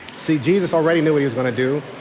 see, jesus already knew what he was going to do.